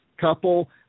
couple